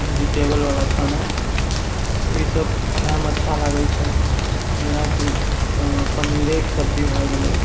vegetable बला खाना इ सब खायमे अच्छा लागैछ जेनाकि पनीरेके सब्जी भए गेलै